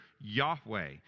Yahweh